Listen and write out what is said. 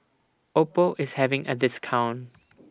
Oppo IS having A discount